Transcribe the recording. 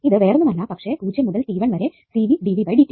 ഇത് വേറൊന്നുമല്ല പക്ഷെ 0 മുതൽ t1